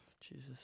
Jesus